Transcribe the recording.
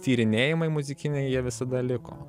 tyrinėjimai muzikiniai jie visada liko